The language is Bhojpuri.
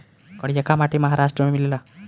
करियाका माटी महाराष्ट्र में मिलेला